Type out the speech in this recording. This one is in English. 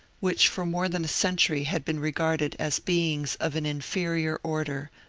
which for more than a century had been regarded as beings of an inferior order,